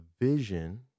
vision